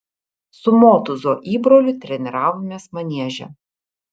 su motūzo įbroliu treniravomės manieže